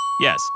Yes